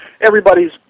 Everybody's